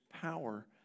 power